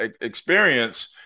experience